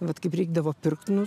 vat kaip reikdavo pirkt nu